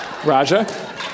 Raja